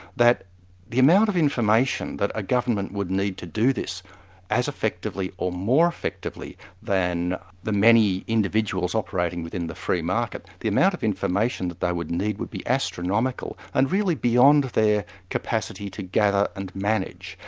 that the amount of information that a government would need to do this as effectively or more effectively than the many individuals operating within the free market, the amount of information that they would need would be astronomical and really beyond their capacity to gather and manage.